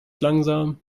langsam